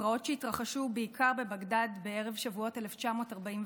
פרעות שהתרחשו בעיקר בבגדד בערב שבועות 1941,